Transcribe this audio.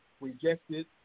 rejected